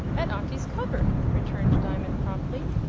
at auntie's cupboard, returned diamond promptly.